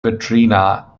katrina